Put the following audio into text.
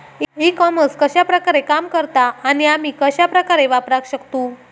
E commerce कश्या प्रकारे काम करता आणि आमी कश्या प्रकारे वापराक शकतू?